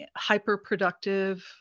Hyperproductive